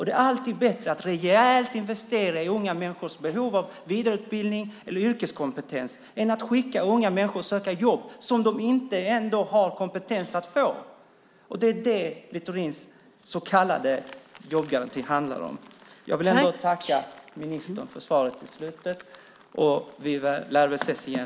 Det är alltid bättre att investera rejält i unga människors behov av vidareutbildning eller yrkeskompetens än att skicka unga människor att söka jobb som de ändå inte har kompetens att få. Men det är det Littorins så kallade jobbgaranti handlar om. Jag vill ändå tacka ministern för svaret, och vi lär ses igen.